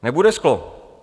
Nebude sklo.